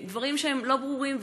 הדברים הם לא ברורים.